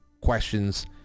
questions